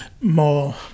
more